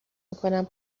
میکنم